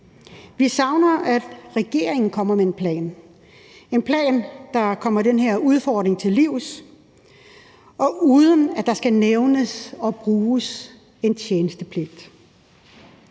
Vi savner, at regeringen kommer med en plan, der kommer den udfordring til livs, og uden at der skal nævnes og bruges en tjenestepligt.